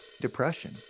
depression